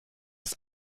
ist